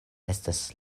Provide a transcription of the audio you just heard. estis